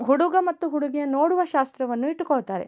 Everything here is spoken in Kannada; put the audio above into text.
ಹುಡುಗ ಮತ್ತು ಹುಡುಗಿಯ ನೋಡುವ ಶಾಸ್ತ್ರವನ್ನು ಇಟ್ಟುಕೊಳ್ತಾರೆ